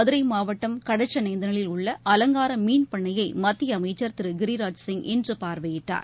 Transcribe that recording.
மதுரை மாவட்டம் கடச்சனேந்தலில் உள்ள அவங்கார மீன் பண்ணையை மத்திய அமைச்சர் திரு கிரிராஜ் சிங் இன்று பார்வையிட்டார்